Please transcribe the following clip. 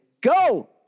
go